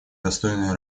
достойной